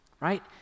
right